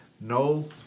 no